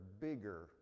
bigger